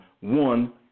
one